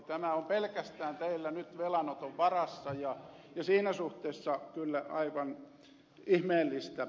tämä on teillä pelkästään nyt velanoton varassa ja siinä suhteessa kyllä aivan ihmeellistä